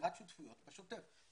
יצירת שותפויות בשוטף.